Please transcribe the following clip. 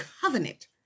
covenant